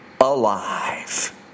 alive